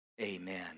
amen